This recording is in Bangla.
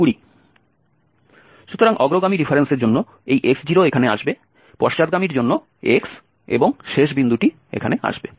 সুতরাং অগ্রগামী ডিফারেন্সের জন্য এই x0 এখানে আসবে পশ্চাৎগামীর জন্য x এবং শেষ বিন্দুটি এখানে আসবে